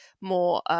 more